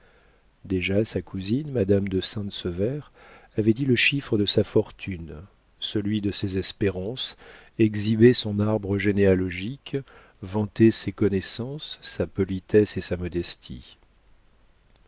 déjà sa cousine madame de sainte sevère avait dit le chiffre de sa fortune celui de ses espérances exhibé son arbre généalogique vanté ses connaissances sa politesse et sa modestie